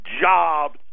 Jobs